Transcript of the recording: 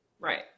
right